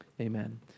Amen